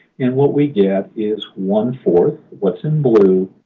and what we get is one four, what's in blue,